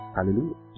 Hallelujah